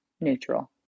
neutral